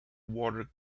water